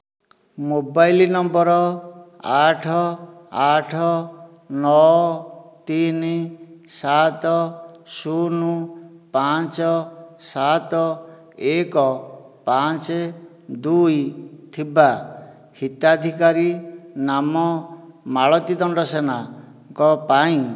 mobile number ଆଠ ଆଠ ନଅ ତିନି ସାତ ଶୂନ ପାଞ୍ଚ ସାତ ଏକ ପାଞ୍ଚ ଦୁଇ ଥିବା ହିତାଧିକାରୀ ନାମ ମାଳତୀ ଦଣ୍ଡସେନାଙ୍କ ପାଇଁ